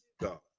God